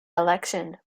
election